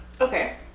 Okay